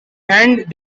and